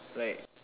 like